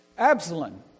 Absalom